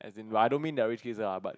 as in I don't mean they are rich kids lah but